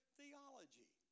theology